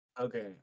Okay